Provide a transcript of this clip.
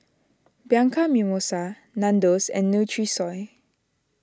Bianco Mimosa Nandos and Nutrisoy